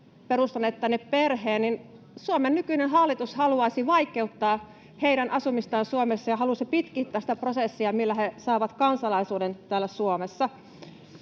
perustaneet tänne perheen, niin Suomen nykyinen hallitus haluaisi vaikeuttaa heidän asumistaan Suomessa ja haluaisi pitkittää sitä prosessia, millä he saavat kansalaisuuden täällä Suomessa.